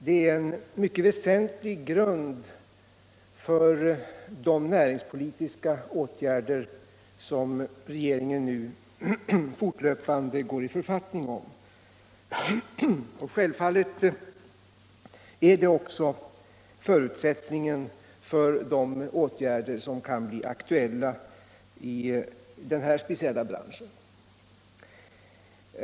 Detta är en mycket väsentlig grund för de näringspolitiska åtgärder som regeringen nu fortlöpande ämnar vidta. Självfallet är det också förutsättningen för de åtgärder som kan bli aktuella i den här speciella branschen.